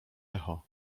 echo